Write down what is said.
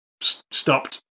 stopped